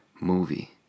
movie